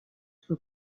suo